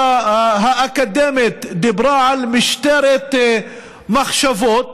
האקדמית דיברה על משטרת מחשבות,